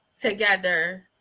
together